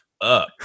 up